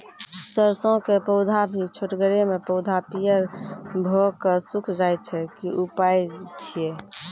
सरसों के पौधा भी छोटगरे मे पौधा पीयर भो कऽ सूख जाय छै, की उपाय छियै?